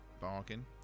bargain